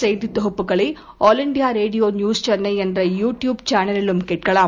செய்தி கொகுப்புகளை All India Radio News Chennai என்ற யு டியூப் சேனலிலும் அறிந்து கொள்ளலாம்